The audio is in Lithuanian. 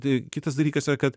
tai kitas dalykas yra kad